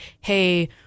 hey